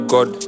God